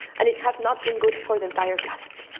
and it has not been good for the entire planet.